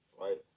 right